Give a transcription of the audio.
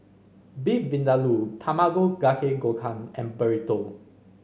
Beef Vindaloo Tamago Kake Gohan and Burrito